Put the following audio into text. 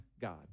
God